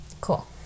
Cool